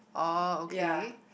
oh okay